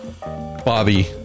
Bobby